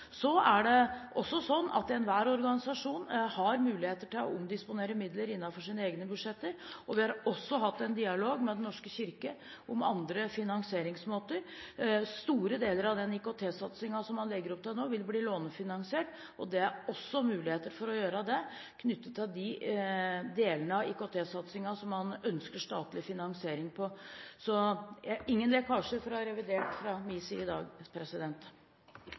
er helt sikre på det. Det er også sånn at enhver organisasjon har mulighet til å omdisponere midler innenfor sine egne budsjetter, og vi har hatt en dialog med Den norske kirke om andre finansieringsmåter. Store deler av den IKT-satsingen man nå legger opp til, vil bli lånefinansiert, og det er også muligheter for å gjøre det knyttet til de delene av IKT-satsingen man ønsker statlig finansiering av. Det kommer ingen lekkasjer fra revidert fra min side i dag.